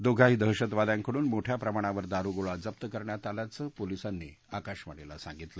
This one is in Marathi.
दोघाही दहशतवाद्यांकडून मोठ्या प्रमाणावर दारु गोळा जप्त करण्यात आल्याचं पोलिसांनी आकाशवाणीला सांगितलं